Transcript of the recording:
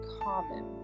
common